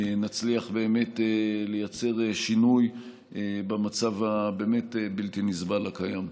נצליח לייצר שינוי במצב הבאמת-בלתי-נסבל הקיים.